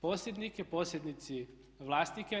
posjednike, posjednici vlasnike.